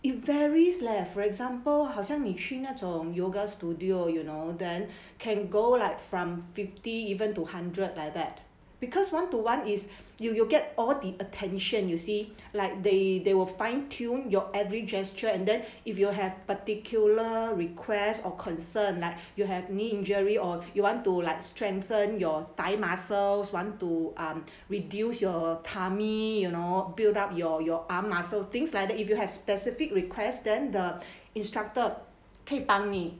it varies leh for example 好像你去那种 yoga studio you know then can go like from fifty even to hundred like that because one to one is you you'll get all the attention you see like they they will fine tune your every gesture and then if you will have particular request or concern like you have knee injury or you want to like strengthen your thigh muscles want to um reduce your tummy you know build up your your arm muscle things like that if you have specific request then the instructor 可以帮你